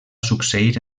succeir